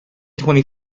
twenty